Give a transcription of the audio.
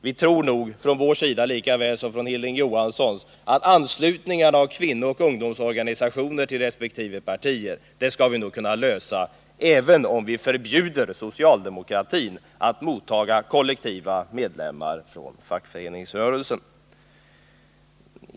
Vi tror lika väl som Hilding Johansson att frågan om anslutningen av kvinnooch ungdomsorganisationer till respektive partier skall kunna lösas även om vi förbjuder socialdemokratin att mottaga kollektivt anslutna medlemmar från fackföreningsrörelsen.